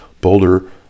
Boulder